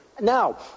Now